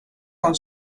con